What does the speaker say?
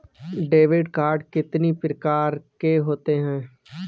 Debit card कितनी प्रकार के होते हैं?